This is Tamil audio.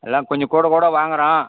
எல்லாம் கொஞ்சம் கூட கூட வாங்கறோம்